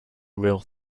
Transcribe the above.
real